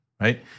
Right